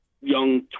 young